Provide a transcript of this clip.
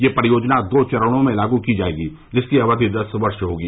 यह परियोजना दो चरणों में लागू की जायेगी जिसकी अवधि दस वर्ष होगी